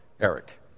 Eric